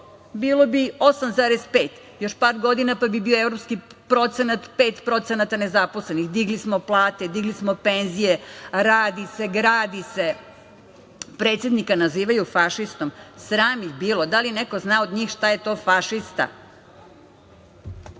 bilo bi 8,5%. Još par godina pa bi bio evropski procenat 5% nezaposlenih. Digli smo plate, digli smo penzije, radi se, gradi se. Predsednika nazivaju fašistom. Sram ih bilo. Da li neko zna od njih šta je to fašista?